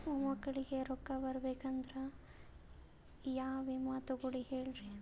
ಮೊಮ್ಮಕ್ಕಳಿಗ ರೊಕ್ಕ ಬರಬೇಕಂದ್ರ ಯಾ ವಿಮಾ ತೊಗೊಳಿ ಹೇಳ್ರಿ?